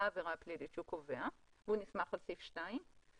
העבירה הפלילית שהוא קובע והוא נסמך על סעיף 2,